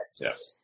Yes